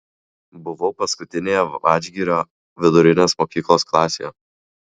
buvau paskutinėje vadžgirio vidurinės mokyklos klasėje